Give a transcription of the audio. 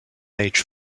age